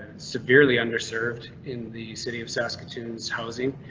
severely underserved in the city of saskatoon's housing,